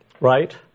right